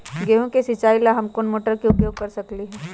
गेंहू के सिचाई ला हम कोंन मोटर के उपयोग कर सकली ह?